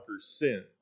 sin